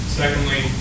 secondly